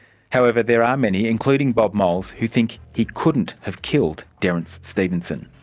however there are many, including bob moles, who think he couldn't have killed derrance stevenson.